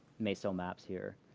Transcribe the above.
meso maps here,